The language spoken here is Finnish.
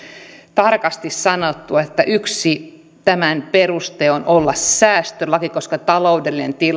tarkasti sanottu että yksi tämän peruste on olla säästölaki koska